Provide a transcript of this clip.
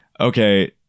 okay